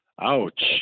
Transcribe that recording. Ouch